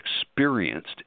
experienced